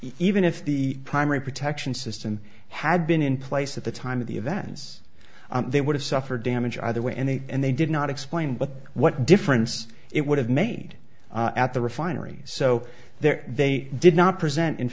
even if the primary protection system had been in place at the time of the events they would have suffered damage either way and they did not explain but what difference it would have made at the refinery so there they did not present in